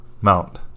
Mount